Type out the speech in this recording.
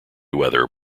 weather